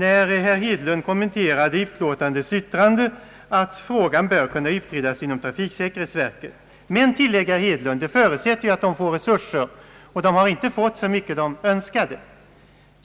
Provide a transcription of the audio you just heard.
Herr Hedlund kommenterade sedan utskottets yttrande att den här frågan bör kunna utredas inom trafiksäkerhetsverket. Men, tillade herr Hedlund, detta förutsätter att verket får resurser, och man har inte fått så mycket man önskat.